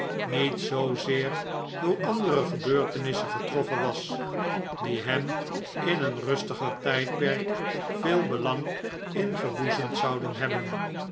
niet zoo zeer door andere gebeurtenissen getroffen was die hem in een rustiger tijdperk veel belang ingeboezemd zouden hebben